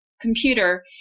computer